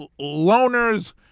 loners